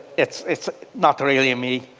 it's it's not really and me.